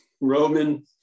Roman